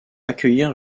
accueillir